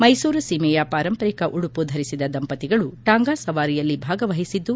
ಮೈಸೂರು ಸೀಮೆಯ ಪಾರಂಪರಿಕ ಉಡುಪು ಧರಿಸಿದ ದಂಪತಿಗಳು ಟಾಂಗಾ ಸವಾರಿಯಲ್ಲಿ ಭಾಗವಹಿಸಿದ್ದು